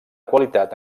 qualitat